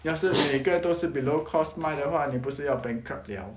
要是每个都是 below cost 卖的话你不是要 bankrupt liao